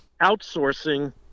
outsourcing